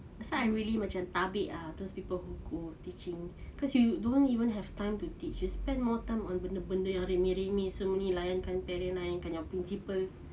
that's why I really macam tabik ah those people who go teaching cause you you don't even have time to teach you spend more time on benda-benda remeh-remeh semua layankan parent layankan principal